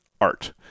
Art